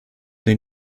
den